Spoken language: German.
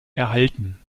erhalten